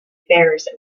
affairs